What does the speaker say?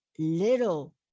little